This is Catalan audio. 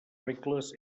regles